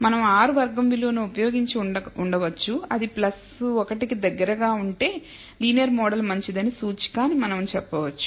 మనం r వర్గం విలువను ఉపయోగించి ఉండవచ్చు అది 1 కి దగ్గరగా ఉంటే లీనియర్ మోడల్ మంచిదని సూచిక అని మనం చెప్పవచ్చు